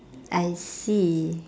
I see